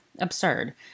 Absurd